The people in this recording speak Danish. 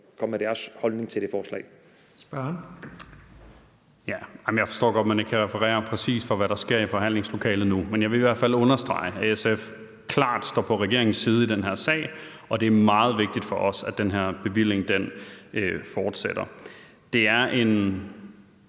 Kl. 13:41 Carl Valentin (SF): Jeg forstår godt, at man ikke kan referere, præcis hvad der sker i forhandlingslokalet nu. Men jeg vil i hvert fald understrege, at SF klart står på regeringens side i den her sag, og at det er meget vigtigt for os, at den her bevilling fortsætter. Det er en,